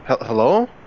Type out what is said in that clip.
Hello